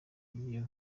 hantu